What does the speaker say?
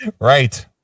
Right